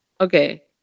okay